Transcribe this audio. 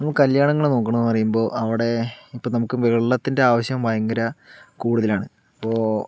നമുക്ക് കല്യാണങ്ങൾ നോക്കണം എന്ന് പറയുമ്പോൾ അവടെ ഇപ്പോൾ നമുക്ക് വെള്ളത്തിൻ്റെ ആവശ്യം ഭയങ്കര കൂടുതലാണ് അപ്പോൾ